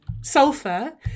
sulfur